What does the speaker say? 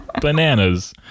bananas